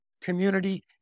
community